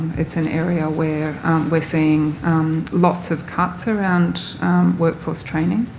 it's an area where we're seeing lots of cuts around workforce training,